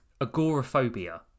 agoraphobia